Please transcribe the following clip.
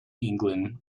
england